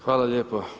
Hvala lijepo.